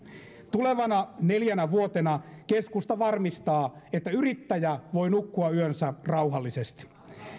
tulevana neljänä vuotena keskusta varmistaa että yrittäjä voi nukkua yönsä rauhallisesti